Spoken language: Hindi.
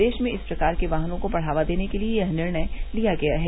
देश में इस प्रकार के वाहनों को बढावा देने के लिए यह निर्णय किया गया है